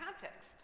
context